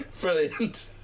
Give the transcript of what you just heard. brilliant